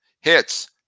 Hits